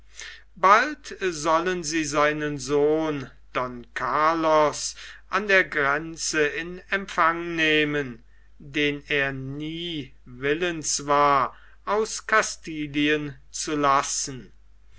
bald sollen sie seinen sohn don carlos an der grenze in empfang nehmen den er nie willens war aus castilien zu lassen